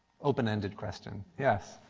open ended question. yes?